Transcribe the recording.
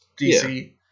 DC